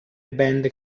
band